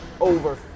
over